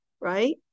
right